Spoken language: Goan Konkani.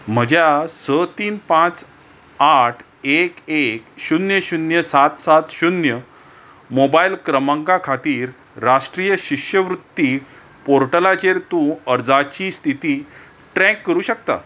म्हज्या स तीन पांच आठ एक एक शुन्य शुन्य सात सात शुन्य मोबायल क्रमांका खातीर राष्ट्रीय शिश्यवृत्ती पोर्टलाचेर तूं अर्जाची स्थिती ट्रॅक करूं शकता